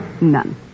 None